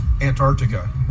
Antarctica